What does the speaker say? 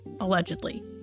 allegedly